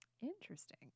Interesting